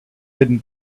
hidden